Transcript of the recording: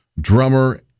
drummer